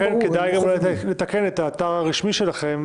לכן כדאי לתקן את האתר הרשמי שלכם,